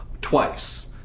twice